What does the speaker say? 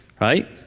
right